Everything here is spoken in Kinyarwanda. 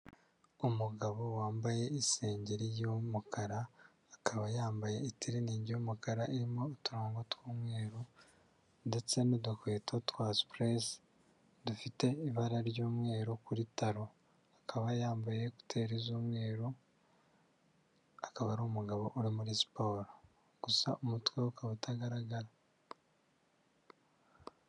Umugabo wambaye isengeri y'umukara, akaba yambaye itiriningi y'umukara irimo uturongo tw'umweru ndetse n'udukweto twa sipuresi dufite ibara ry'umweru kuri taro, akaba yambaye ekuteri z'umweru, akaba ari umugabo uri muri siporo, gusa umutwe we ukaba utagaragara.